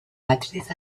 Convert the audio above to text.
matriz